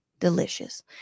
Delicious